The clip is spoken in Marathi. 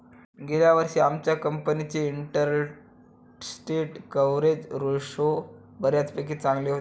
गेल्या वर्षी आमच्या कंपनीचे इंटरस्टेट कव्हरेज रेशो बऱ्यापैकी चांगले होते